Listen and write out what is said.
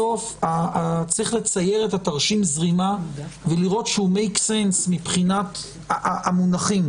שצריך לצייר את תרשים הזרימה ולראות שהוא עושה שכל מבחינת המונחים.